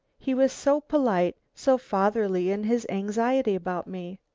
he was so polite, so fatherly in his anxiety about me.